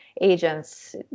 agents –